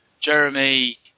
Jeremy